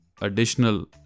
additional